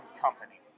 Company